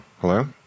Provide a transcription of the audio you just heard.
Hello